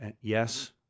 Yes